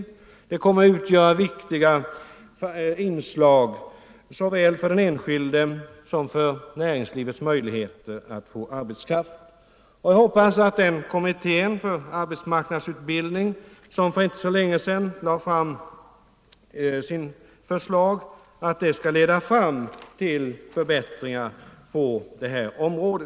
Dessa faktorer kommer att utgöra viktiga inslag såväl för den enskilde som för näringslivets möjligheter att få arbetskraft. Jag hoppas att det förslag som kommittén för arbetsmarknadsutbildning för inte så länge sedan lade fram skall leda till förbättringar på detta område.